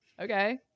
okay